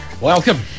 Welcome